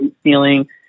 feeling